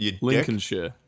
Lincolnshire